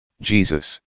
Jesus